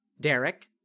Derek